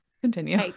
Continue